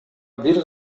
бир